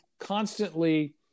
constantly